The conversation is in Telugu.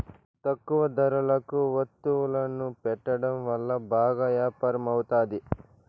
తక్కువ ధరలకు వత్తువులను పెట్టడం వల్ల బాగా యాపారం అవుతాది